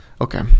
Okay